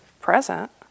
present